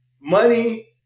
money